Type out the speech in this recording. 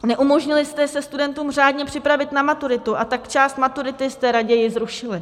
Neumožnili jste studentům se řádně připravit na maturitu, a tak část maturity jste raději zrušili.